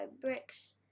bricks